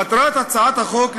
מטרת הצעת החוק,